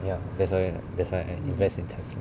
ya that's why that's why I invest in Tesla